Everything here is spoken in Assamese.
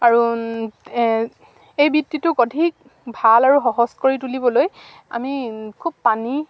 আৰু এই বৃত্তিটো অধিক ভাল আৰু সহজ কৰি তুলিবলৈ আমি খুব পানী